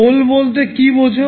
pole বলতে কী বোঝায়